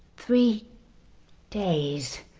three days.